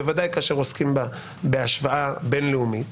בוודאי כאשר עוסקים בהשוואה בין-לאומית,